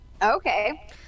Okay